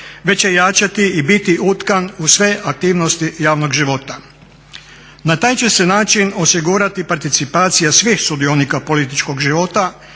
već će jačati i biti utkan u sve aktivnosti javnog života. Na taj će se način osigurati participacija svih sudionika političkog života